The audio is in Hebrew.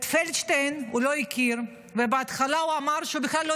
את פלדשטיין הוא לא הכיר ובהתחלה הוא אמר שהוא בכלל לא